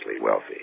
wealthy